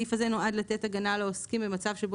הסעיף הזה נועד לתת הגנה לעוסקים ממצב שבו